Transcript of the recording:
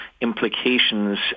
implications